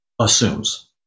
assumes